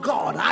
God